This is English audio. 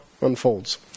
unfolds